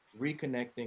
reconnecting